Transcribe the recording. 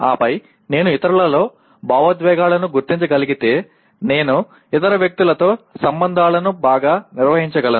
ఆపై నేను ఇతరులలో భావోద్వేగాలను గుర్తించగలిగితే నేను ఇతర వ్యక్తులతో సంబంధాలను బాగా నిర్వహించగలను